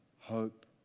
hope